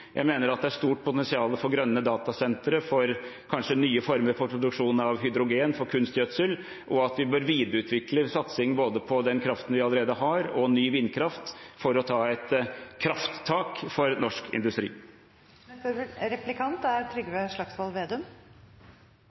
Jeg mener at det er et stort potensial for grønne datasentre, for kanskje nye former for produksjon av hydrogen, for kunstgjødsel, og at vi bør videreutvikle satsing både på den kraften vi allerede har, og på ny vindkraft, for å ta et krafttak for norsk industri.